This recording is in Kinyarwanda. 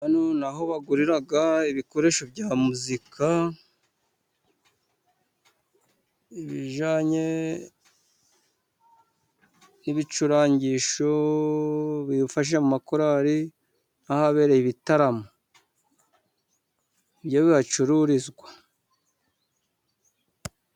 Hano ni aho bagurira ibikoresho bya muzika, ibijyanye nibicurangisho bifashisha mu makorari nk'ahabereye ibitaramo, nibyo bihacururizwa.